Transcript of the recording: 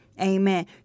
Amen